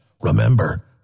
Remember